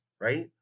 right